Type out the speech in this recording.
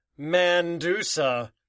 Mandusa